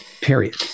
period